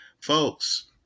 Folks